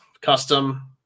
custom